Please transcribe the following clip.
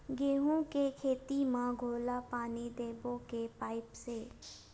गेहूं के खेती म घोला पानी देबो के पाइप से?